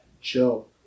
chill